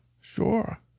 Sure